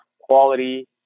quality